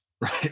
Right